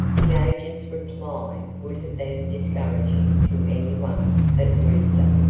the agent's reply would have been discouraging to any one but brewster.